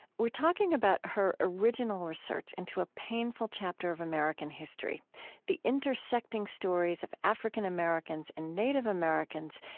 we're talking about her original research into a painful chapter of american history the intersecting stories of african-americans and native americans,